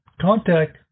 contact